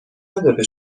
نداره